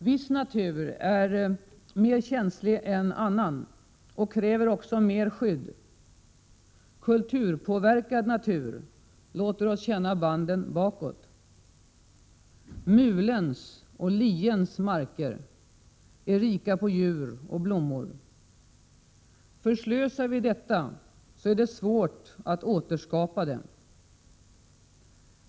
Viss natur är mer känslig än annan och kräver också mer skydd. Kulturpåverkad natur låter oss känna banden bakåt. Mulens och liens marker är rika på djur och blommor. Förslösar vi detta, är det svårt att återskapa det.